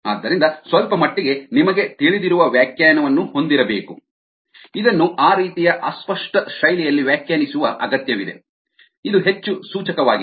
ಆದ್ದರಿಂದ ಸ್ವಲ್ಪ ಮಟ್ಟಿಗೆ ನಿಮಗೆ ತಿಳಿದಿರುವ ವ್ಯಾಖ್ಯಾನವನ್ನು ಹೊಂದಿರಬೇಕು ಇದನ್ನು ಆ ರೀತಿಯ ಅಸ್ಪಷ್ಟ ಶೈಲಿಯಲ್ಲಿ ವ್ಯಾಖ್ಯಾನಿಸುವ ಅಗತ್ಯವಿದೆ ಇದು ಹೆಚ್ಚು ಸೂಚಕವಾಗಿದೆ